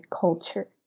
culture